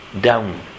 down